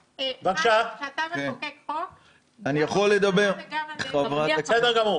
כשאתה מחוקק חוק --- בסדר גמור.